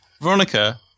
Veronica